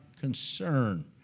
concern